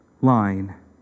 line